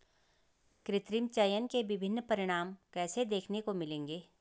कृत्रिम चयन के विभिन्न परिणाम कैसे देखने को मिलेंगे?